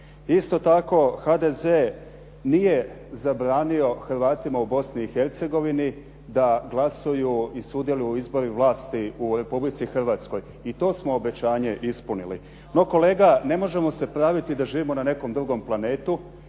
Isto tako HDZ nije zabranio Hrvatima u Bosni i Hercegovini da glasuju i sudjeluju u izboru vlasti u Republici Hrvatskoj i to smo obećanje ispunili. No kolega ne možemo se praviti da živimo na nekom drugom planetu,